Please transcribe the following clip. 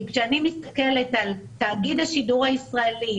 כי כשאני מסתכלת על תאגיד השידור הישראלי,